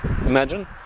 imagine